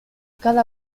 cada